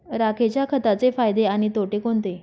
राखेच्या खताचे फायदे आणि तोटे कोणते?